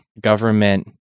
government